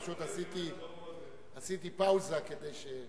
פשוט עשיתי פאוזה, כדי,